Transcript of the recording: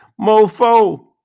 mofo